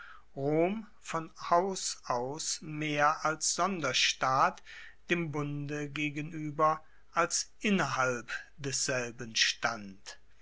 von haus aus mehr als sonderstaat dem bunde gegenueber als innerhalb desselben stand